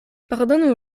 pardonu